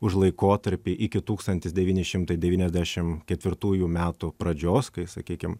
už laikotarpį iki tūkstantis devyni šimtai devyniasdešim ketvirtųjų metų pradžios kai sakykim